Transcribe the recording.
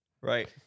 Right